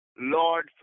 Lord